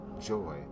joy